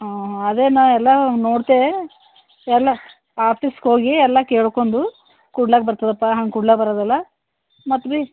ಹಾಂ ಹಾಂ ಅದೇ ನಾ ಎಲ್ಲ ನೋಡ್ತೇ ಎಲ್ಲ ಆಫೀಸಿಗೋಗಿ ಎಲ್ಲ ಕೇಳ್ಕೊಂಡು ಕುಡ್ಲಕೆ ಬರ್ತದಪ್ಪ ಹಂಗೆ ಕೂಡ್ಲೆ ಬರದಿಲ್ಲ ಮತ್ತೆ ಬಿ